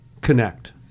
connect